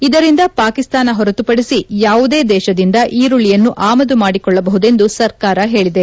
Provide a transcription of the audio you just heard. ಇದರಿಂದ ಪಾಕಿಸ್ತಾನ ಹೊರತುಪಡಿಸಿ ಯಾವುದೇ ದೇಶದಿಂದ ಈರುಳ್ಲಿಯನ್ನು ಆಮದು ಮಾಡಿಕೊಳ್ಲಬಹುದೆಂದು ಸರಕಾರ ಹೇಳಿದೆ